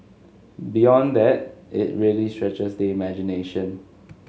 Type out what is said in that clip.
beyond that it really stretches the imagination